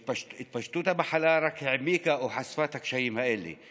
התפשטות המחלה רק העמיקה את הקשיים האלה או חשפה אותם.